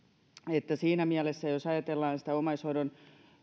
siinä mielessä jos ajatellaan omaishoidon